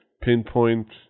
pinpoint